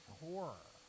horror